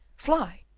fly!